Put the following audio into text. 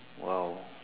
!wow!